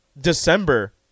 December